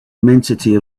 immensity